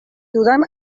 dudan